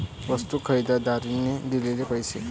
वस्तू खरेदीदाराने दिलेले पैसे